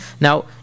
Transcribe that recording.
Now